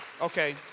Okay